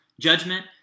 judgment